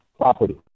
property